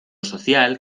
social